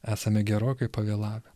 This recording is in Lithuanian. esame gerokai pavėlavę